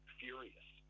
furious